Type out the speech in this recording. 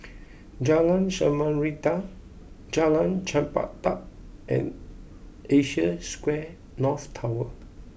Jalan Samarinda Jalan Chempedak and Asia Square North Tower